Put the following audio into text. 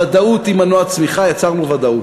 ודאות היא מנוע צמיחה, יצרנו ודאות.